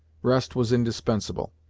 rest was indispensable,